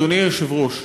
אדוני היושב-ראש,